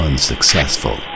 Unsuccessful